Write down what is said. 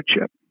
chip